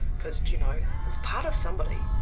because you know it's part of somebody.